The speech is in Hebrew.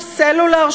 סלולר,